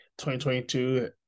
2022